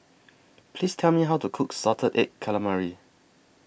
Please Tell Me How to Cook Salted Egg Calamari